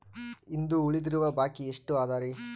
ಇಂದು ಉಳಿದಿರುವ ಬಾಕಿ ಎಷ್ಟು ಅದರಿ?